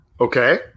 Okay